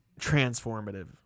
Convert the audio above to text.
transformative